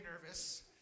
nervous